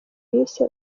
yise